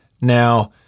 Now